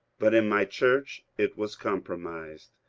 but in my church it was compromised.